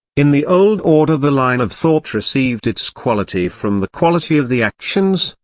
in the old order the line of thought received its quality from the quality of the actions,